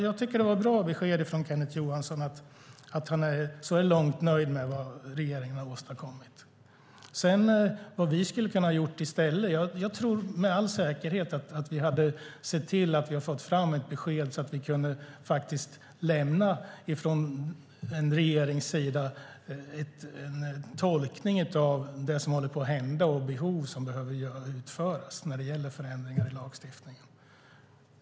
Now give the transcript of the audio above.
Jag tycker att det var bra besked från Kenneth Johansson att han så här långt är nöjd med vad regeringen har åstadkommit. När det gäller vad vi skulle kunna ha gjort i stället tror jag med all säkerhet att vi hade sett till att vi fått fram ett besked så att vi från regeringens sida kunde lämna en tolkning av det som håller på att hända och de behov som behöver mötas när det gäller förändringar i lagstiftningen.